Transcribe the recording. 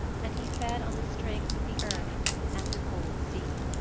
and he fed on the strength of the earth and the cold sea.